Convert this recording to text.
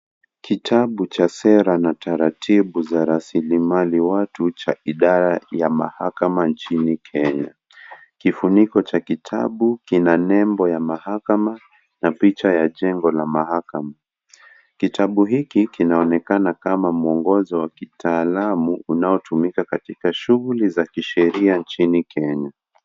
Kitabu cha sera na taratibu za rasilimali watu cha idara ya mahakama nchini Kenya. Kifuniko cha kitabu kina nembo ya mahakama, na picha ya jengo la mahakama. Kitabu hiki kinaonekana kama mwongozo wa kitaalamu unaotumika katika shughuli za kisheria nchini Kenya.